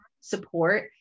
support